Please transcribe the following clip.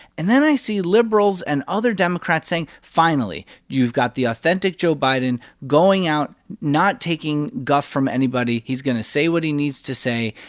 and then i see liberals and other democrats saying, finally, you've got the authentic joe biden going out, not taking guff from anybody. he's going to say what he needs to say,